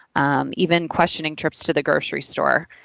um even questioning trips to the grocery store.